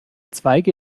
zweige